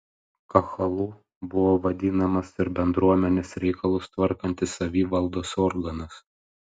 kahalu buvo vadinamas ir bendruomenės reikalus tvarkantis savivaldos organas